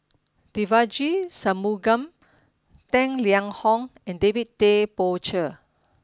Devagi Sanmugam Tang Liang Hong and David Tay Poey Cher